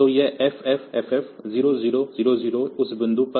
तो यह FFFF 0000 उस बिंदु पर